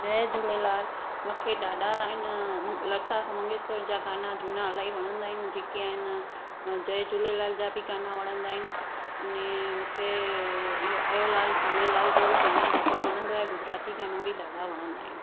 जय झूलेलाल मूंखे ॾाढा आइन लता मंगेशकर जा गाना झूना इलाही वणंदा आहिनि जेके आहे न जय झूलेलाल जा बि गाना वणंदा आहिनि अने मूंखे इहो आयो लाल झूलेलाल जो बि गानो ॾाढो वणंदो आहे गुजराती गाना बि ॾाढा वणंदा आहिनि